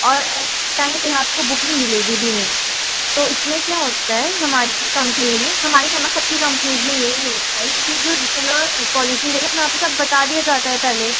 اور ٹائم پہ آپ کو بکنگ ملے گی بھی نہیں تو اس میں کیا ہوتا ہے ہماری کمپنی میں ہماری کیا میم سب کی کمپنیز میں یہی ہوتا ہے کہ جو ریفنڈ اور پالیسی ہو اس میں آپ کو سب بتا دیا جاتا ہے پہلے